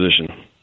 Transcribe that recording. position